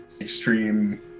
extreme